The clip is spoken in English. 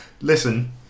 Listen